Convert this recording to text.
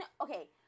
Okay